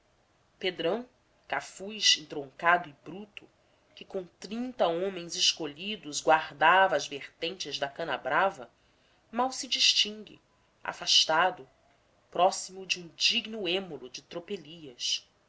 pedrão cafuz entroncado e bruto que com trinta homens escolhidos guardava as vertentes da canabrava mal se distingue afastado próximo de um digno êmulo de